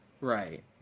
Right